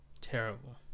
Terrible